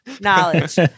knowledge